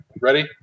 ready